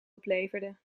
opleverde